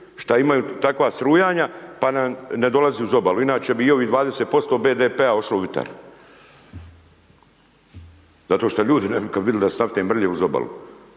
šta imamo takva strujanja pa nam ne dolaze uz obalu, inače bi i ovih 20% BDP-a otišlo u vjetar. Zato što bi ljudi kad bi vidjeli da su naftne mrlje uz obalu.